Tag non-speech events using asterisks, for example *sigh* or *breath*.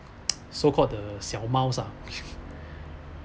so called the 小猫 ah *breath*